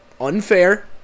unfair